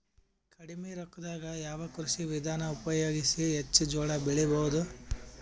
ಕಡಿಮಿ ರೊಕ್ಕದಾಗ ಯಾವ ಕೃಷಿ ವಿಧಾನ ಉಪಯೋಗಿಸಿ ಹೆಚ್ಚ ಜೋಳ ಬೆಳಿ ಬಹುದ?